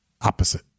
opposite